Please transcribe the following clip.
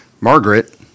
Margaret